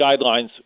guidelines